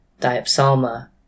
Diapsalma